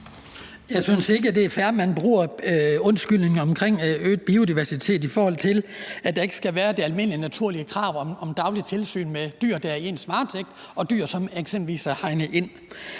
Jeg synes ikke, det er fair, at man bruger undskyldninger omkring øget biodiversitet, i forhold til at der ikke skal være det almindelige naturlige krav om dagligt tilsyn med dyr, der er i ens varetægt, og dyr, som eksempelvis er hegnet ind.